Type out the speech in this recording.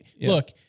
Look